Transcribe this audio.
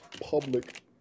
public